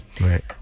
right